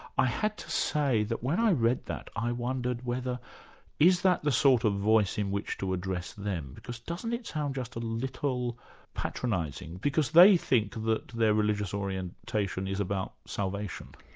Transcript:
i have to say that when i read that, i wondered whether is that the sort of voice in which to address them? because doesn't it sound just a little patronising? because they think that their religious orientation is about salvation.